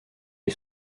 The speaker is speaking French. est